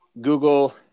Google